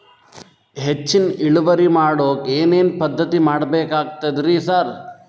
ಹೆಚ್ಚಿನ್ ಇಳುವರಿ ಮಾಡೋಕ್ ಏನ್ ಏನ್ ಪದ್ಧತಿ ಮಾಡಬೇಕಾಗ್ತದ್ರಿ ಸರ್?